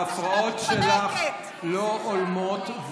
ההפרעות שלך לא הולמות.